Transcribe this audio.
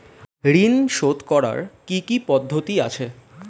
ঋন শোধ করার কি কি পদ্ধতি আছে?